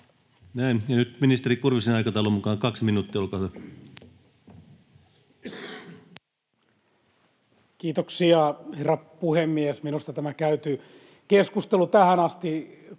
Näin. — Ja nyt ministeri Kurvisen aikataulun mukaan kaksi minuuttia, olkaa hyvä. Kiitoksia, herra puhemies! Minusta tämä käyty keskustelu tähän asti